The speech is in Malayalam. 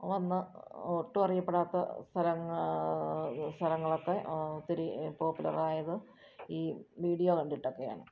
ഓ വന്ന് ഒട്ടും അറിയപ്പെടാത്ത സ്ഥലങ്ങൾ സ്ഥലങ്ങളൊക്കെ ഒത്തിരി പോപ്പുലറായതും ഈ വീഡിയോ കണ്ടിട്ടൊക്കെയാണ്